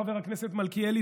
חבר הכנסת מלכיאלי,